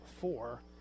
four